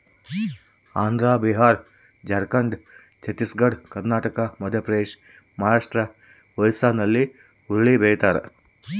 Andhra Bihar Jharkhand Chhattisgarh Karnataka Madhya Pradesh Maharashtra ಒರಿಸ್ಸಾಲ್ಲಿ ಹುರುಳಿ ಬೆಳಿತಾರ